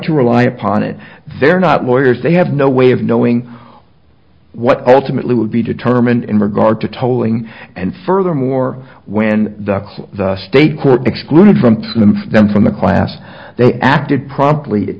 to rely upon it they're not lawyers they have no way of knowing what ultimately would be determined in regard to tolling and furthermore when the state court excluded from them from the class they acted promptly it